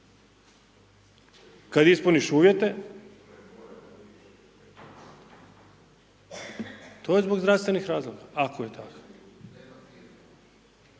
kad ispuniš uvjete, to je zbog zdravstvenih razloga ako je takvih.